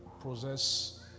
possess